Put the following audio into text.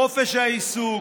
חופש העיסוק,